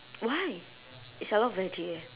why is like a lot of veggie eh